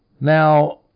Now